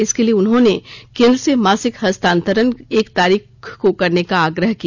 इसके लिए उन्होंने केंद्र से मासिक हस्तांतरण एक तारीख को करने का आग्रह किया